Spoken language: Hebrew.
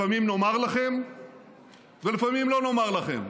לפעמים נאמר לכם ולפעמים לא נאמר לכם.